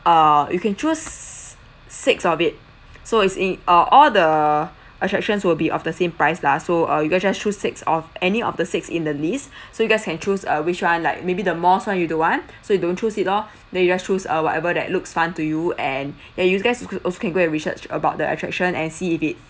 err you can choose six of it so it's in uh all the attractions will be of the same price lah so uh you guys just choose six of any of the six in the list so you guys can choose uh which [one] like maybe the mosque [one] you don't want so you don't choose it lor then you guys choose uh whatever that looks fun to you and then you guys could also can go and research about the attraction and see if it